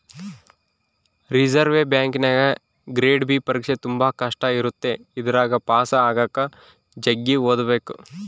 reserve ಬ್ಯಾಂಕಿನಗ grade B ಪರೀಕ್ಷೆ ತುಂಬಾ ಕಷ್ಟ ಇರುತ್ತೆ ಇದರಗ ಪಾಸು ಆಗಕ ಜಗ್ಗಿ ಓದಬೇಕು